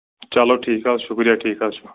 چلو ٹھیٖک حظ شُکریہ ٹھیٖک حظ چھُ